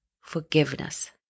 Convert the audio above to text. Forgiveness